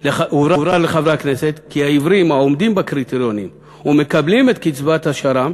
לחברי הכנסת כי העיוורים העומדים בקריטריונים ומקבלים את קצבת השר"מ